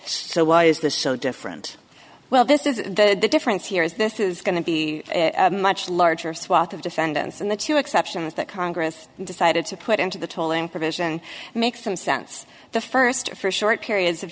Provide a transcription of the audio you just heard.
so why is this so different well this is the difference here is this is going to be much larger swath of defendants and the two exceptions that congress decided to put into the tolling provision makes some sense the first for short periods of